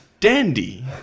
dandy